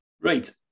right